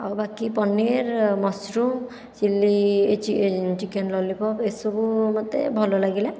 ଆଉ ବାକି paneer mushroom chilli ଏ ଚିକେନ ଲଲିପୋପ ଏସବୁ ମୋତେ ଭଲ ଲାଗିଲା